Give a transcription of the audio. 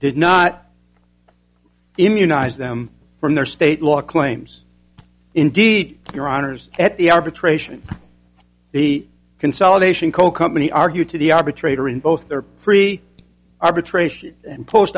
did not immunize them from their state law claims indeed your honour's at the arbitration the consolidation coal company argued to the arbitrator in both their free arbitration and post